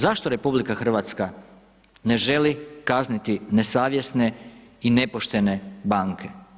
Zašto RH ne želi kazniti nesavjesne i nepoštene banke?